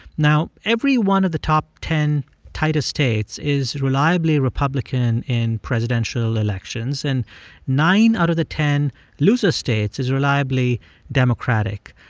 now, every one of the top ten tightest states is reliably republican in presidential elections, and nine out of the ten looser states is reliably democratic.